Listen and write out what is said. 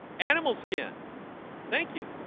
animal skin thank you,